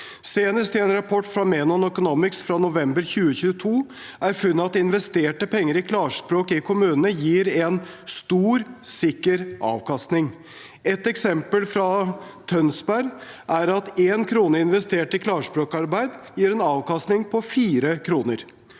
Senest i en rapport fra Menon Economics fra november 2022 er funnet at investerte penger i klarspråk i kommunene gir en «høy sikker avkastning». Et eksempel fra Tønsberg er at 1 krone investert i klarspråkarbeid gir en avkastning på 4